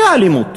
הייתה אלימות,